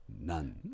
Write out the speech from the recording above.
None